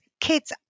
kids